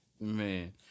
man